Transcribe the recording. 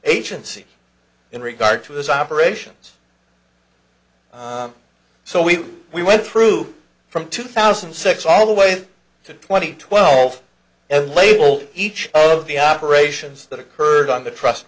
agency in regard to his operations so we we went through from two thousand and six all the way to twenty twelve as label each of the operations that occurred on the trust